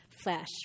flesh